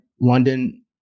London